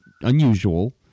unusual